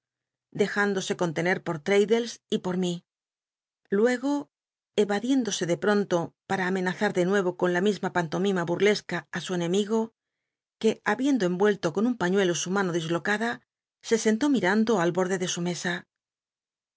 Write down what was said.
indose contener por traddles y por mí luego eva se de pronto para amenazar de luego evad iéndose de lli'on l nuevo con la misma pantomima bul'lesca ú su enemigo que habiendo emuello con un paiiuclo su m mo di locada se sentó mirando al bord l d l su mesa